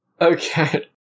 Okay